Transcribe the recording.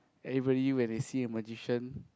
everybody when they see a magician